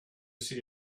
see